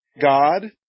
god